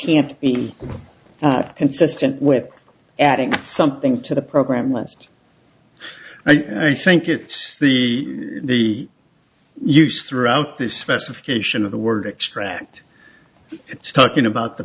can't be consistent with adding something to the program lest i think it's the the huge throughout the specification of the word extract it's talking about the